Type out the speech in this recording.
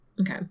Okay